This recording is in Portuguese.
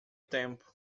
tempo